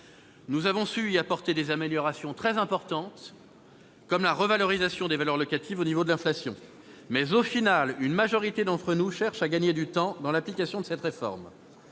Nous avons su y apporter des améliorations très importantes, comme la revalorisation des valeurs locatives au niveau de l'inflation. Mais, au final, une majorité d'entre nous cherchent à gagner du temps dans l'application de cette réforme.